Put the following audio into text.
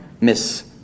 miss